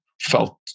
felt